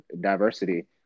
diversity